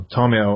Tommy